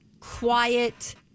quiet